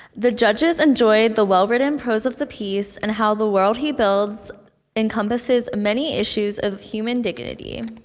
the judges enjoyed the well-written prose of the piece, and how the world he builds encompasses many issues of human dignity.